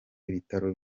ibitaro